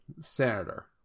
senator